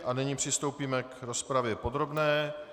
A nyní přistoupíme k rozpravě podrobné.